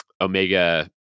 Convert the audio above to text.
Omega